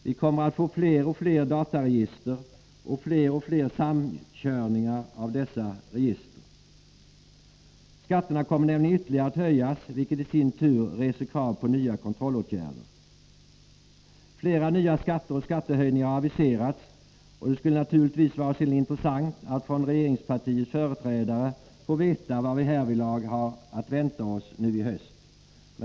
Vi kommer att få fler och fler dataregister och fler och fler samkörningar av dessa register. Skatterna kommer nämligen ytterligare att höjas, vilket i sin tur reser krav på nya kontrollåtgärder. Flera nya skatter och skattehöjningar har aviserats, och det skulle naturligtvis vara synnerligen intressant att från regeringspartiets företrädare få veta vad vi därvidlag har att vänta oss nu i höst.